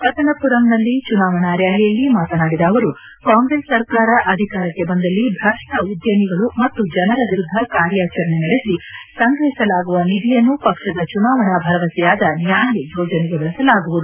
ಪತ್ತನಪುರಂನಲ್ಲಿ ಚುನಾವಣಾ ರ್ಯಾಲಿಯಲ್ಲಿ ಮಾತನಾಡಿದ ಅವರು ಕಾಂಗ್ರೆಸ್ ಸರ್ಕಾರ ಅಧಿಕಾರಕ್ಕೆ ಬಂದಲ್ಲಿ ಭ್ರಷ್ವ ಉದ್ಯಮಿಗಳು ಮತ್ತು ಜನರ ವಿರುದ್ಧ ಕಾರ್ಯಾಚರಣೆ ನಡೆಸಿ ಸಂಗ್ರಹಿಸಲಾಗುವ ನಿಧಿಯನ್ನು ಪಕ್ಷದ ಚುನಾವಣಾ ಭರವಸೆಯಾದ ನ್ಯಾಯ್ ಯೋಜನೆಗೆ ಬಳಸಲಾಗುವುದು